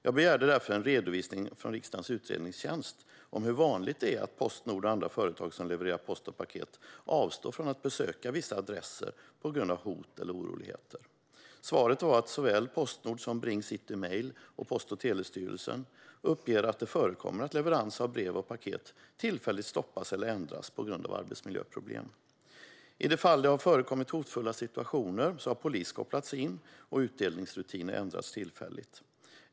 Jag begärde därför en redovisning från riksdagens utredningstjänst av hur vanligt det är att Postnord och andra företag som levererar post och paket avstår från att besöka vissa adresser på grund av hot eller oroligheter. Svaret var att såväl Postnord som Bring Citymail och Post och telestyrelsen uppger att det förekommer att leverans av brev och paket tillfälligt stoppas eller ändras på grund av arbetsmiljöproblem. I de fall det har förekommit hotfulla situationer har polis kopplats in och utdelningsrutiner tillfälligt ändrats.